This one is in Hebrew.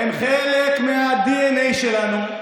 הן חלק מהדנ"א שלנו.